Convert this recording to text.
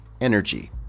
energy